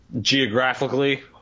geographically